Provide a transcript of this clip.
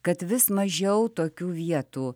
kad vis mažiau tokių vietų